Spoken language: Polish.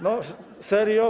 No, serio?